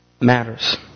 matters